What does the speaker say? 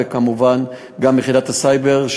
וכמובן גם יחידת הסייבר,